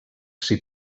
s’hi